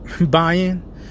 buying